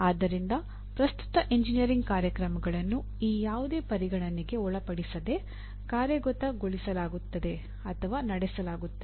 ಆದ್ದರಿಂದ ಪ್ರಸ್ತುತ ಎಂಜಿನಿಯರಿಂಗ್ ಕಾರ್ಯಕ್ರಮಗಳನ್ನು ಈ ಯಾವುದೇ ಪರಿಗಣನೆಗೆ ಒಳಪಡಿಸದೆ ಕಾರ್ಯಗತಗೊಳಿಸಲಾಗುತ್ತದೆ ಅಥವಾ ನಡೆಸಲಾಗುತ್ತದೆ